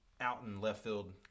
out-in-left-field